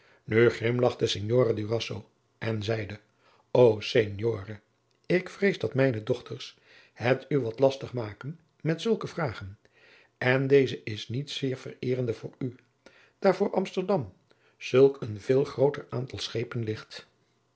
nu grimlachte signore durazzo en zeide o signore ik vrees dat mijne dochters het u wat lastig maken met zulke vragen en deze is niet zeer vereerende voor u daar voor amsterdam zulk een veel grooter aantal schepen ligt